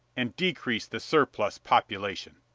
and decrease the surplus population.